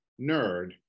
nerd